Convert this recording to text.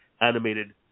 animated